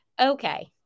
Okay